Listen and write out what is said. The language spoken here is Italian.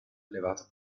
elevato